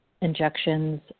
injections